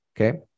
Okay